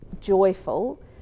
joyful